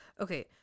Okay